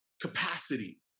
capacity